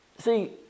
see